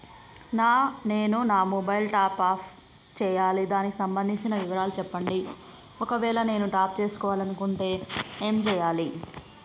నేను నా mobile top up చేయాలి దానికి సంబంధించిన వివరాలు చెప్పండి ఒకవేళ నేను టాప్ చేసుకోవాలనుకుంటే ఏం చేయాలి?